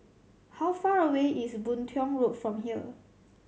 how far away is Boon Tiong Road from here